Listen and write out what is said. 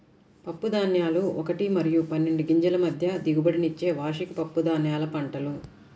పప్పుధాన్యాలు ఒకటి మరియు పన్నెండు గింజల మధ్య దిగుబడినిచ్చే వార్షిక పప్పుధాన్యాల పంటలు